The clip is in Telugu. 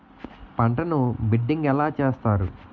పంటను బిడ్డింగ్ ఎలా చేస్తారు?